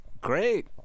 Great